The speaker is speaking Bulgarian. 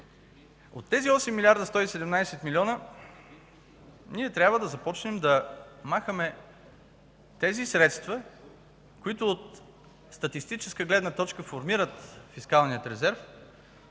от тези 8 млрд. 117 милиона трябва да започнем да махаме средствата, които от статистическа гледна точка формират фискалния резерв,